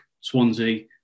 Swansea